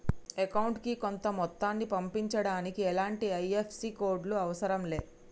అకౌంటుకి కొంత మొత్తాన్ని పంపించడానికి ఎలాంటి ఐ.ఎఫ్.ఎస్.సి కోడ్ లు అవసరం లే